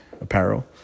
apparel